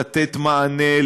לתת מענה,